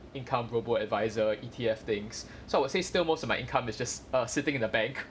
income global adviser E_T_F things so I would say still most of my income is just err sitting in the bank